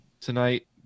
tonight